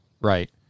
Right